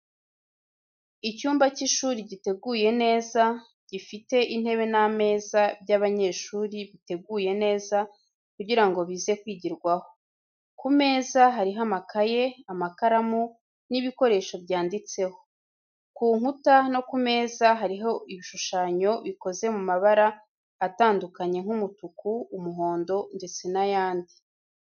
Icyumba cy’ishuri giteguye neza, gifite intebe n’ameza by’abanyeshuri biteguye neza kugira ngo bize kwigirwaho. Ku meza hariho amakaye, amakaramu, n’ibikoresho byanditseho. Ku nkuta no ku meza hariho ibishushanyo bikoze mu mabara atandukanye nk'umutuku, umuhondo ndetse n'ayandi.